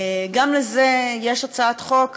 גם על זה יש הצעת חוק,